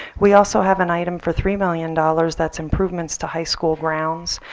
we also have an item for three million dollars that's improvements to high school grounds.